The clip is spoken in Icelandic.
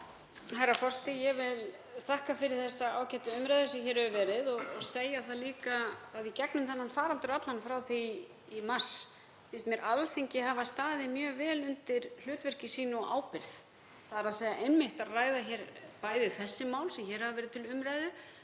Herra forseti. Ég vil þakka fyrir þessa ágætu umræðu sem hér hefur verið og segja það líka að í gegnum þennan faraldur allan frá því í mars finnst mér Alþingi hafa staðið mjög vel undir hlutverki sínu og ábyrgð, þ.e. að ræða einmitt þau mál sem hér hafa verið til umræðu